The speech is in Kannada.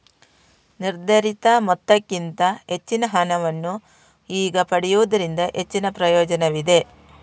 ನಿರ್ಧರಿತ ಮೊತ್ತಕ್ಕಿಂತ ಹೆಚ್ಚಿನ ಹಣವನ್ನು ಈಗ ಪಡೆಯುವುದರಿಂದ ಹೆಚ್ಚಿನ ಪ್ರಯೋಜನವಿದೆ